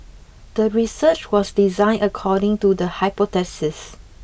the research was designed according to the hypothesis